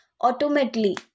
automatically